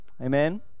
Amen